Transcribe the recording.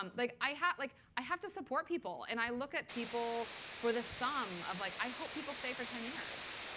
um like i have like i have to support people. and i look at people for the sum of like i hope people stay for ten years.